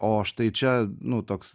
o štai čia nu toks